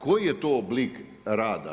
Koji je to oblik rada?